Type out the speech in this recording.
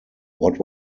what